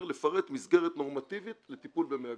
לפרט מסגרת נורמטיבית לטיפול במהגרים.